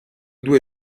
due